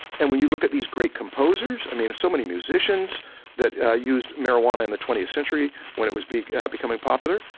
and when you look at these great composers, i mean, so many musicians that used marijuana in the twentieth century when it was becoming popular.